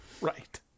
Right